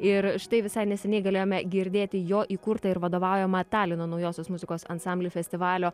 ir štai visai neseniai galėjome girdėti jo įkurtą ir vadovaujamą talino naujosios muzikos ansamblį festivalio